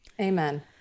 Amen